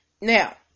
now